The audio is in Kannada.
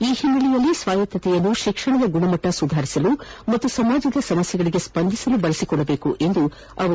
ಈ ಹಿನ್ನೆಲೆಯಲ್ಲಿ ಸ್ವಾಯತ್ತೆತೆಯನ್ನು ಶಿಕ್ಷಣದ ಗುಣಮಟ್ವ ಸುಧಾರಿಸಲು ಸಮಾಜದ ಸಮಸ್ಯೆಗಳಿಗೆ ಸ್ವಂದಿಸಲು ಬಳಸಿಕೊಳ್ಳಬೇಕು ಎಂದರು